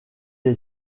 est